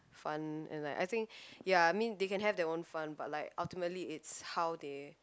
fun and like I think ya I mean they have their own fun but like ultimately it's how they